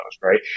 right